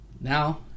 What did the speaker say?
Now